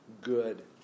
good